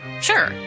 Sure